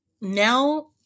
now